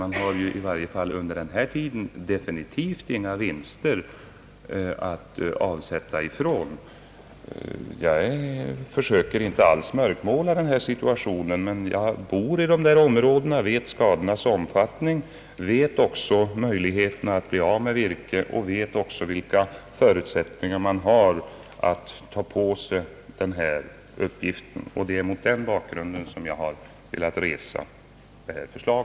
Man har i varje fall under denna tid definitivt inga vinster att göra avsättningar av. Jag försöker inte alls mörkmåla situationen, men jag bor i dessa områden, vet skadornas omfattning, vet även möjligheterna att bli av med virke och vilka förutsättningar man har att ta på sig denna uppgift. Det är mot den bakgrunden som jag har velat resa detta förslag.